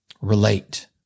relate